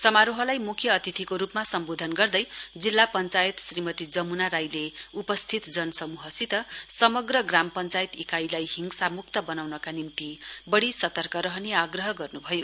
समारोहलाई मुख्य अतिथिको रूपमा सम्बोधन गर्दै जिल्ला पञ्चायत श्रीमती जमुना राईले उपस्थित जनसमूहसित समग्र ग्राम पञ्चायत इकाइलाई हिँसामुक्त बनाउनका निम्ति बढ़ी सतर्क रहने आग्रह गर्नुभयो